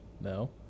No